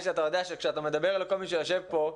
שאתה יודע שכשאתה מדבר לכל מי שיושב פה,